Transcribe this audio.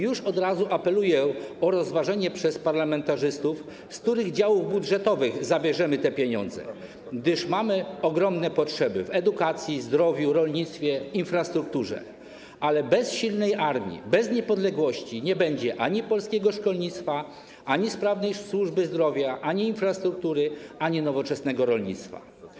I od razu apeluję o rozważenie przez parlamentarzystów tego, z których działów budżetowych zabierzemy te pieniądze, gdyż mamy ogromne potrzeby w zakresie edukacji, zdrowia, rolnictwa, infrastruktury, ale bez silnej armii, bez niepodległości nie będzie ani polskiego szkolnictwa, ani sprawnej służby zdrowia, ani infrastruktury, ani nowoczesnego rolnictwa.